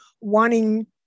wanting